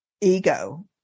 ego